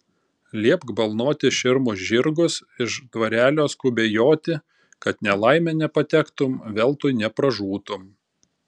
liepk balnoti širmus žirgus iš dvarelio skubiai joti kad nelaimėn nepatektum veltui nepražūtum